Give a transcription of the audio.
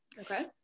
Okay